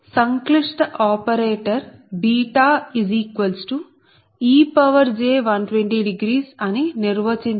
సంక్లిష్ట operator βej120 అని నిర్వచించబడింది